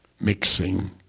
mixing